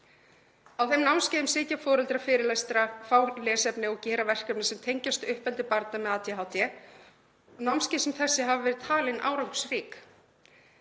Á þeim námskeiðum sitja foreldrar fyrirlestra, fá lesefni og gera verkefni sem tengjast uppeldi barna með ADHD. Námskeið sem þessi hafi verið talin árangursrík.